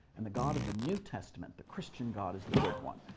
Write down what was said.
and the god of the new testament, the christian god, is the good one.